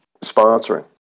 sponsoring